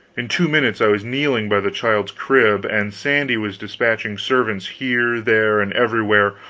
in two minutes i was kneeling by the child's crib, and sandy was dispatching servants here, there, and everywhere,